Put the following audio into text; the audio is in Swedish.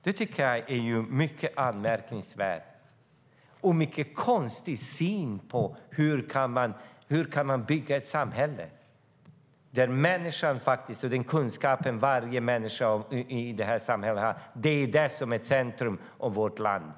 Det tycker jag är mycket anmärkningsvärt och en mycket konstig syn på hur man kan bygga ett samhälle där människan, och den kunskap varje människa i samhället har, är det som är centrum i vårt land.